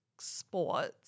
sports